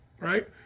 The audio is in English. right